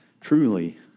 truly